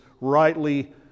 rightly